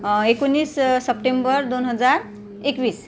एकोणीस सप्टेंबर दोन हजार एकवीस